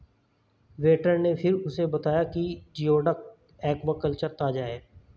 waiter ने फिर उसे बताया कि जिओडक एक्वाकल्चर ताजा है